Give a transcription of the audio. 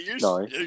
No